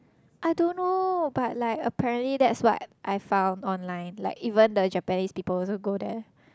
I don't know but like apparently that's what I found online like even the Japanese people also go there